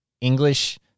English